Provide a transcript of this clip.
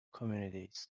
communities